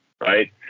right